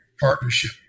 partnership